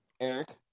Eric